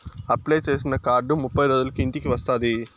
apply చేసిన card ముప్పై రోజులకు ఇంటికి వస్తాది